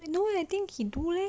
no leh I think he do leh